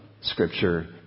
scripture